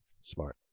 Smart